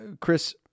Chris